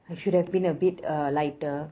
I should have been a bit uh lighter